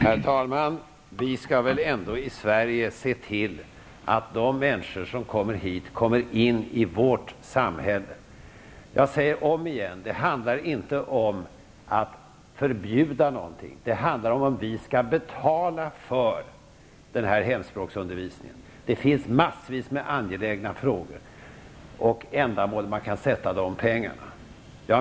Herr talman! Vi skall väl ändå i Sverige se till att de människor som kommer hit kommer in i vårt samhälle. Jag säger omigen att det inte handlar om att förbjuda någonting. Det handlar om huruvida vi skall betala för denna hemspråksundervisning. Det finns massvis med angelägna frågor och ändamål som vi kan satsa dessa pengar på.